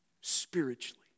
spiritually